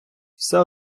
все